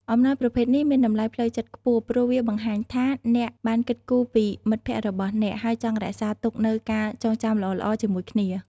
អំណោយប្រភេទនេះមានតម្លៃផ្លូវចិត្តខ្ពស់ ព្រោះវាបង្ហាញថាអ្នកបានគិតគូរពីមិត្តភក្តិរបស់អ្នក ហើយចង់រក្សាទុកនូវការចងចាំល្អៗជាមួយគ្នា។